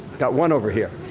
got one over here.